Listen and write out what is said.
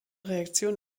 reaktion